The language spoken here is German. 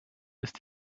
ist